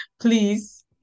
please